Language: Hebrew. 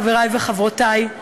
חבריי וחברותיי,